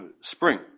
spring